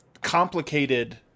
complicated